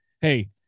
hey